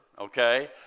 okay